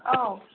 औ